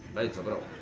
let's go